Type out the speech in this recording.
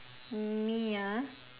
me ah